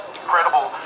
incredible